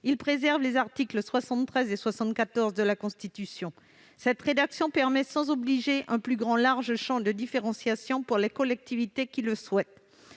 à préserver les articles 73 et 74 de la Constitution. Cette rédaction permet, sans obliger, un plus grand large champ de différenciation pour les collectivités qui le souhaitent.